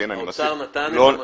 האוצר נתן לכם משאבים?